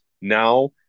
now